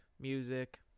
Music